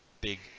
big